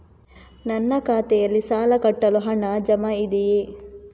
ನನ್ನ ಖಾತೆಯಲ್ಲಿ ಸಾಲ ಕಟ್ಟಲು ಹಣ ಜಮಾ ಇದೆಯೇ?